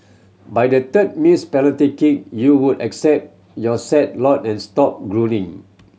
by the third missed penalty kick you would accept your sad lot and stopped groaning